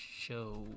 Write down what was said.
show